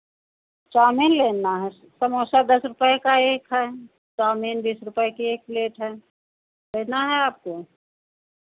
chowmein लेना है समोसा दस रुपए का एक है चाउमीन बीस रुपए की एक प्लेट है लेना है आपको